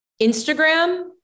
Instagram